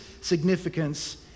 significance